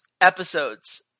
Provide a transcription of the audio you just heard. episodes